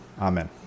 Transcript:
Amen